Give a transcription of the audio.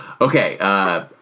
Okay